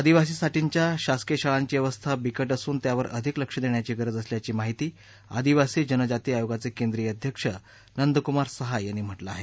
आदीवासींसाठीच्या शासकीय शाळांची अवस्था बिकट असून त्यावर अधिक लक्ष देण्याची गरज असल्याची माहिती आदिवासी जनजाती आयोगाचे केंद्रीय अध्यक्ष नंदकुमार सहाय यांनी म्हटलं आहे